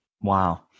Wow